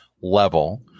level